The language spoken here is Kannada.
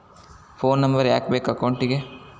ಫೋನ್ ನಂಬರ್ ಯಾಕೆ ಬೇಕು ಅಕೌಂಟಿಗೆ?